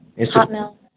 Hotmail